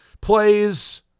plays